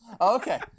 Okay